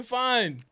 fine